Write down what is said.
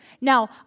Now